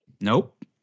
Nope